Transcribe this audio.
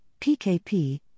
PKP